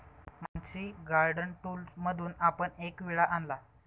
Mansi garden टूल्समधून आपण एक विळा आणा